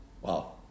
Wow